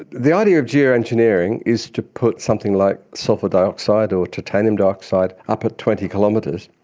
the idea of geo-engineering is to put something like sulphur dioxide or titanium dioxide up at twenty kilometres,